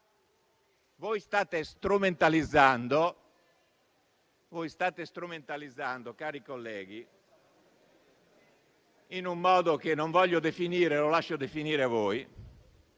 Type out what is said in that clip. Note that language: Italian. Voi state strumentalizzando, cari colleghi, in un modo che non voglio definire, perché lo lascio definire voi,